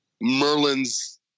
Merlin's